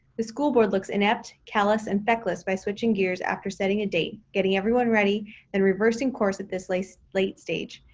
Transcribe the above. the school board looks inept, callous and feckless by switching gears after setting a date, getting everyone ready and reversing course at this late late stage,